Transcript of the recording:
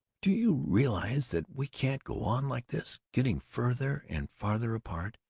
do you realize that we can't go on like this, getting farther and farther apart,